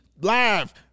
live